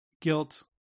Guilt